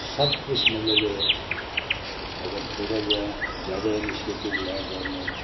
सब कुछ मतलब के अगर थोह्ड़ा जेहा ज्यादा इनीशिएटिव लै गौरमैंट